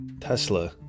Tesla